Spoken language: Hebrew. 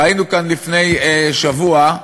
ראינו כאן לפני שבוע,